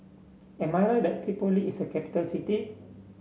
am I right that Tripoli is a capital city